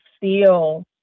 feel